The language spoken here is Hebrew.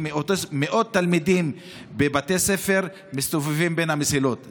מאות תלמידים בבתי הספר מסתובבים בין המסילות.